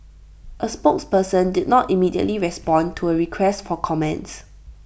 A spokesperson did not immediately respond to A request for comments